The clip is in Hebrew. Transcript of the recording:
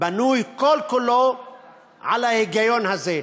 בנוי כל-כולו על ההיגיון הזה: